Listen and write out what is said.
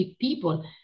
people